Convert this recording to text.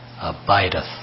abideth